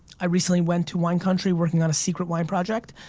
i recently went to wine country working on a secret wine project,